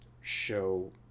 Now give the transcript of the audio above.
show